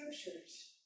scriptures